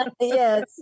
Yes